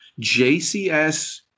JCS